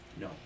No